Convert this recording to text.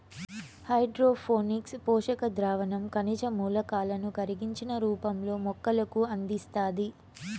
hydroponics పోషక ద్రావణం ఖనిజ మూలకాలను కరిగించిన రూపంలో మొక్కలకు అందిస్తాది